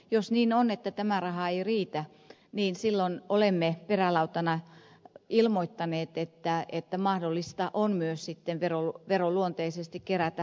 jos niin on että tämä raha ei riitä niin silloin olemme perälautana ilmoittaneet että mahdollista on myös sitten veronluonteisesti kerätä rahaa lisää